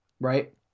right